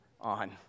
on